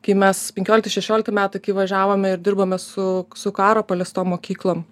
kai mes penkiolikti šešiolikti metai kai važiavome ir dirbome su su karo paliestom mokyklom